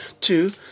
Two